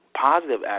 positive